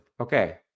okay